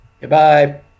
goodbye